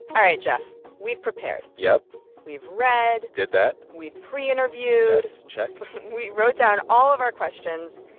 all right, jeff. we've prepared yep we've read did that we've preinterviewed check we wrote down all of our questions.